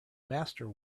master